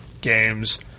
games